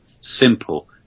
simple